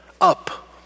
up